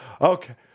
Okay